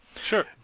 Sure